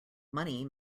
money